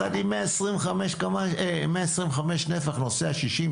אחד עם 125 נפח נוסע 60,